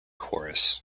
chorus